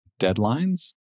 deadlines